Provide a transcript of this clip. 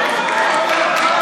הכבוד.